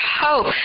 hope